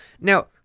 Now